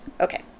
Okay